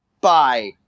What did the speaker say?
Bye